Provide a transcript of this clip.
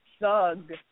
thug